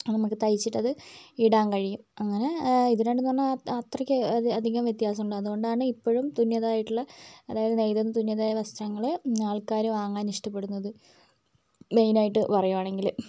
നമുക്ക് തയ്ച്ചിട്ട് അത് ഇടാൻ കഴിയും അങ്ങനെ ഇത് രണ്ടും എന്ന് പറഞ്ഞാൽ അത്രയ്ക്ക് അധി അധികം വ്യത്യാസം ഉണ്ട് അതുകൊണ്ടാണ് ഇപ്പോഴും തുന്നിയതായിട്ടുള്ള അതായത് നെയ്തതും തുന്നിയതുമായ വസ്ത്രങ്ങൾ ആൾക്കാർ വാങ്ങാൻ ഇഷ്ടപ്പെടുന്നത് മെയിൻ ആയിട്ട് പറയുവാണെങ്കിൽ